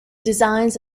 designs